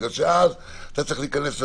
בגלל שאז אתה צריך להיכנס לזה,